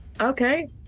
okay